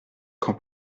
qu’en